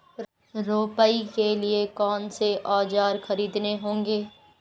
रोपाई के लिए कौन से औज़ार खरीदने होंगे?